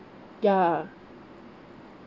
ya